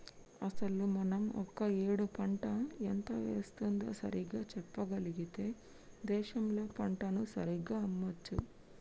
అసలు మనం ఒక ఏడు పంట ఎంత వేస్తుందో సరిగ్గా చెప్పగలిగితే దేశంలో పంటను సరిగ్గా అమ్మొచ్చు